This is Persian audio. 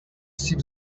سیب